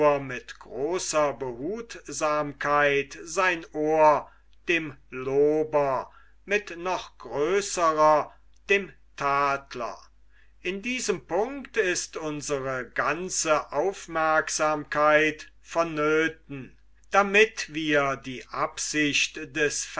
mit großer behutsamkeit sein ohr dem lober mit noch größerer dem tadler in diesem punkt ist unsre ganze aufmerksamkeit vonnöthen damit wir die absicht des